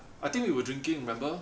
I think we were drinking remember